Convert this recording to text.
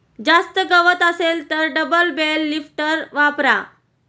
जास्त गवत असेल तर डबल बेल लिफ्टर वापरा